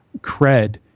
cred